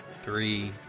three